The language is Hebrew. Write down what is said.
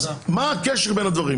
מה הקשר בין הדברים?